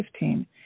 2015